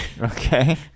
Okay